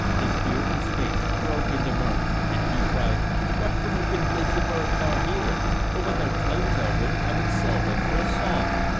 his beardless face broke into mirth, and he cried what broken bits of earth are here? for what their clothes are worth i would sell them for a song.